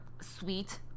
sweet